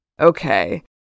Okay